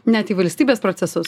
net į valstybės procesus